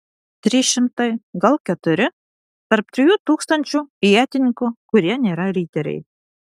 trys šimtai gal keturi tarp trijų tūkstančių ietininkų kurie nėra riteriai